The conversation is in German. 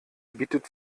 bietet